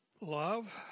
Love